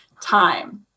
time